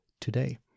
today